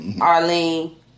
Arlene